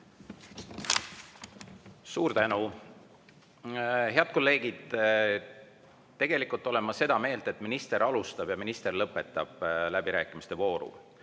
Suur tänu! Head kolleegid, tegelikult olen ma seda meelt, et minister alustab ja minister lõpetab läbirääkimiste vooru.